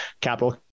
capital